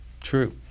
true